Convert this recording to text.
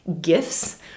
gifts